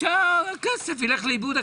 הכסף יילך לאיבוד.